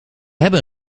hebben